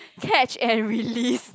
catch and release